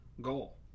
goal